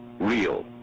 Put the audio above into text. real